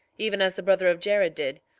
even as the brother of jared did,